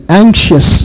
anxious